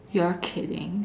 you are kidding